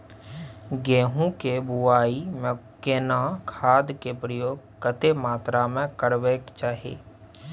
गेहूं के बुआई में केना खाद के प्रयोग कतेक मात्रा में करबैक चाही?